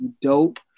dope